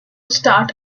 start